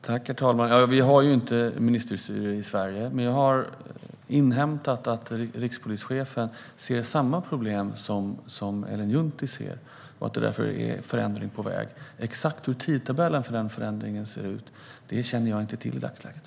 Herr talman! Vi har ju inte ministerstyre i Sverige, men jag har inhämtat att rikspolischefen ser samma problem som Ellen Juntti ser och att det därför är en förändring på väg. Exakt hur tidtabellen för den förändringen ser ut känner jag inte till i dagsläget.